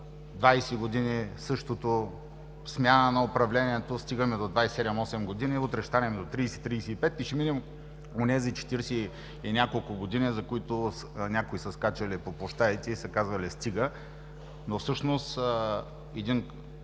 години същото – смяна на управлението и стигаме до 27-28 г., а утре ще станем до 30-35 и ще минем онези четиридесет и няколко години, за които някои са скачали по площадите и са казвали: „Стига“. Но всъщност един